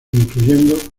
incluyendo